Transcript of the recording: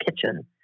kitchen